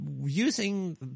using